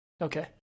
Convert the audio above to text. Okay